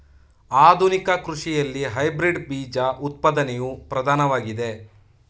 ಆಧುನಿಕ ಕೃಷಿಯಲ್ಲಿ ಹೈಬ್ರಿಡ್ ಬೀಜ ಉತ್ಪಾದನೆಯು ಪ್ರಧಾನವಾಗಿದೆ